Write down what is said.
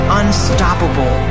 unstoppable